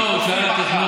לא, הוא שאל על תכנון.